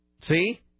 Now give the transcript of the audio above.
See